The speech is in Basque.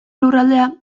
lurraldea